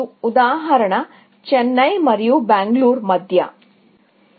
ఉదాహరణకు చెన్నై మరియు బెంగళూరు మధ్య టూర్ ఇక్కడ చౌకైన ఎడ్జ్ ని జోడిస్తాము